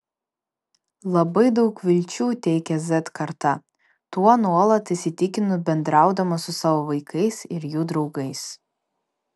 labai daug vilčių teikia z karta tuo nuolat įsitikinu bendraudama su savo vaikais ir jų draugais